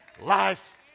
Life